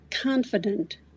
confident